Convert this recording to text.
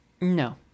no